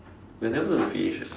we're never gonna finish eh